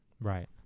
right